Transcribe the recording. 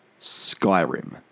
Skyrim